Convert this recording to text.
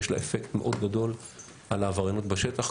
יש לה אפקט מאוד גדול על העבריינות בשטח,